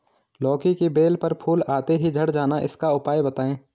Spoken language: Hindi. लौकी की बेल पर फूल आते ही झड़ जाना इसका उपाय बताएं?